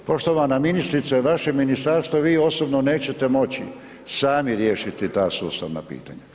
Poštovana ministrice, vaše ministarstvo i vi osobno nećete moći sami riješiti ta sustavna pitanja.